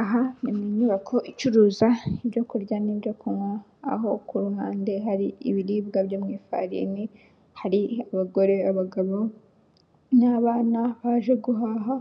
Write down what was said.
Aha ni mu nyubako icuruza ibyo kurya n'ibyo kunywa, aho ku ruhande hari ibiribwa byo mu ifarini, hari abagore, abagabo, n'abana baje guhaha